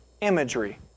imagery